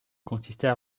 consistait